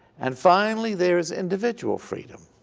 and finally, there is individual freedom